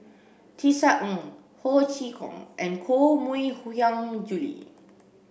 Tisa Ng Ho Chee Kong and Koh Mui Hiang Julie